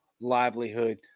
livelihood